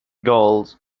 gulls